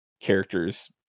characters